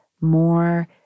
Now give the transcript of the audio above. more